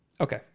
okay